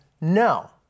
No